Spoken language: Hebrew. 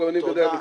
תודה.